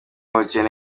n’ubukene